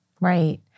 Right